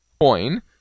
coin